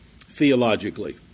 theologically